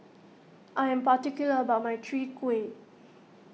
I am particular about my Chwee Kueh